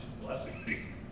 blessing